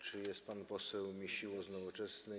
Czy jest pan poseł Misiło z Nowoczesnej?